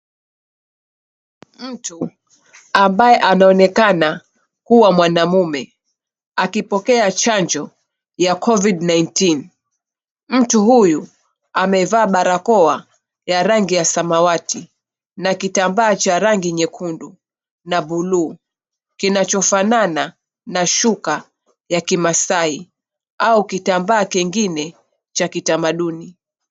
Mtu ambaye anaonekana kuwa mwanamume akipokea chanjo ya Covid-19. Mtu huyu amevaa barakoa ya rangi ya samawati na kitambaa cha rangi nyekundu na buluu, kinachofanana na shuka ya kimasai au kitambaa kingine cha kitamaduni.